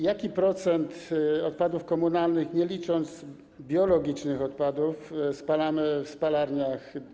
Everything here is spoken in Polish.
Jaki procent odpadów komunalnych - nie licząc biologicznych odpadów - spalamy obecnie w spalarniach?